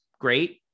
great